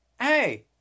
Hey